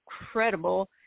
incredible